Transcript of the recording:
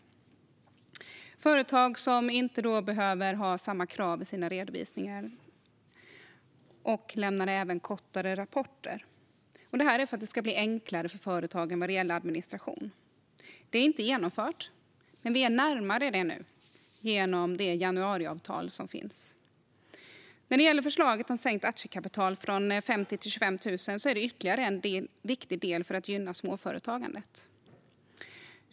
Det är företag som inte har samma krav på redovisningar och som även kan lämna kortare rapporter, detta för att det ska bli enklare för företagen när det gäller administration. Detta är inte genomfört, men vi är närmare nu genom januariavtalet. När det gäller förslaget om sänkt aktiekapital från 50 000 till 25 000 är det ytterligare en viktig del för att gynna småföretagandet.